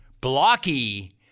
Blocky